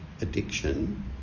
addiction